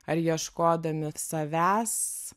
ar ieškodami savęs